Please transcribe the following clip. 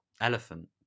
elephant